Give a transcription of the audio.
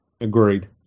Agreed